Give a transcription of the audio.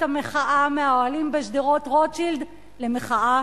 המחאה מהאוהלים בשדרות-רוטשילד למחאה